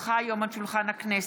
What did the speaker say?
כי הונחה היום על שולחן הכנסת,